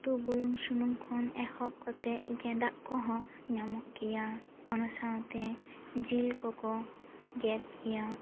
ᱩᱛᱩ ᱵᱩᱞᱩᱝ ᱥᱩᱱᱩᱢ ᱠᱷᱚᱱ ᱮᱦᱚᱵ ᱠᱟᱛᱮ ᱜᱮᱸᱫᱟᱜ ᱠᱚᱦᱚᱸ ᱧᱟᱢᱚᱜ ᱜᱮᱭᱟ ᱚᱱᱟ ᱥᱟᱶ ᱛᱮ ᱡᱤᱞ ᱠᱚᱠᱚ ᱜᱮᱫ ᱜᱮᱭᱟ